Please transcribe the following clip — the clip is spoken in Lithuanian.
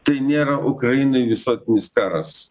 tai nėra ukrainoj visuotinis karas